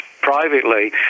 privately